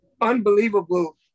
unbelievable